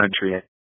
country